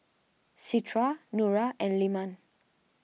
Citra Nura and Leman